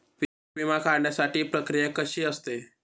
पीक विमा काढण्याची प्रक्रिया कशी असते?